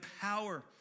power